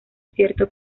cierto